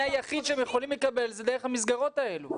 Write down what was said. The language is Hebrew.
היחיד שהם יכולים לקבל הוא דרך המסגרות האלה.